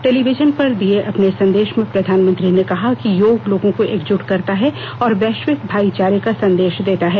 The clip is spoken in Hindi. टेलीविजन पर दिये अपने संदेश में प्रधानमंत्री ने कहा कि योग लोगों को एकजुट करता है और वैश्विक भाइचारे का संदेश देता है